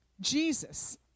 Jesus